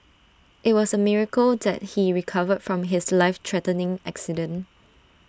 IT was A miracle that he recovered from his life threatening accident